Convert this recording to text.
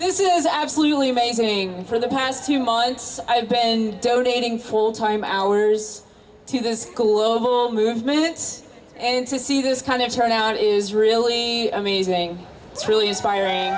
this is absolutely amazing for the past few months i've penned donating full time hours to this global movement and to see this kind of turnout is really amazing it's really inspiring